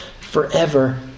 forever